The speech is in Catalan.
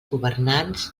governants